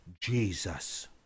Jesus